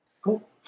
Cool